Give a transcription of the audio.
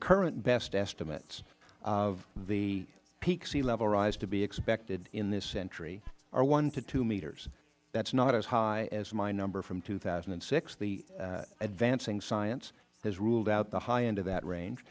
current best estimates of the peak sea level rise to be expected in this century are one to two meters that is not as high as my number from two thousand and six the advancing science has ruled out the high end of that range